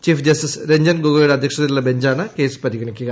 chief justice Ranjan ഗോഗോയുടെ അധ്യക്ഷതയിലുള്ള ബഞ്ചാണ് കേസ് പരിഗണിക്കുക